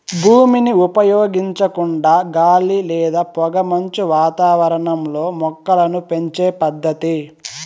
భూమిని ఉపయోగించకుండా గాలి లేదా పొగమంచు వాతావరణంలో మొక్కలను పెంచే పద్దతి